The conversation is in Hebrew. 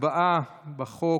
להצבעה על הצעת חוק.